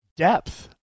Depth